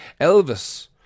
Elvis